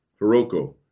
Hiroko